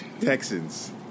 Texans